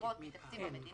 ישירות מתקציב המדינה,